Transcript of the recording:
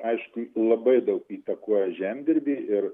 aišku labai daug įtakoja žemdirbį ir